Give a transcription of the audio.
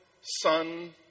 Son